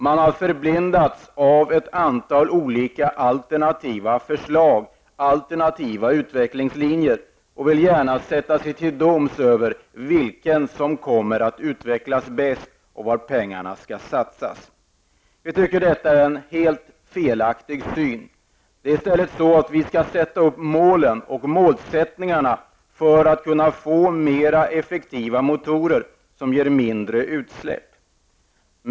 Man har förblindats av ett antal olika alternativa förslag och utvecklingslinjer och vill gärna sätta sig till doms över vilken som kommer att utvecklas bäst och var pengarna skall satsas. Vi tycker att detta är en helt felaktig syn. Vi skall sätta upp som ett mål att kunna få effektivare motorer som ger mindre utsläpp.